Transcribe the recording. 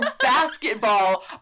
basketball